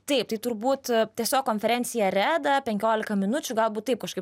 taip tai turbūt tiesiog konferencija reda penkiolika minučių galbūt taip kažkaip